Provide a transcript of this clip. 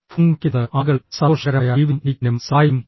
phone വിളിക്കുന്നത് ആളുകളെ സന്തോഷകരമായ ജീവിതം നയിക്കാനും സഹായിക്കും